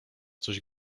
coś